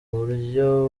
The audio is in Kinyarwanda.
buryo